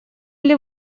или